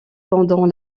pendant